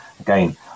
again